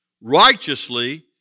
righteously